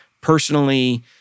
Personally